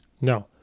No